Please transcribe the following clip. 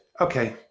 Okay